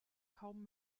kaum